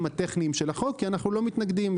הטכניים של החוק כי אנחנו לא מתנגדים.